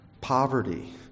poverty